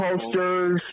posters